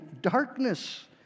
darkness